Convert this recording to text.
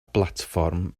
blatfform